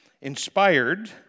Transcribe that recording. inspired